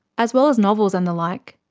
as well as novels and the like.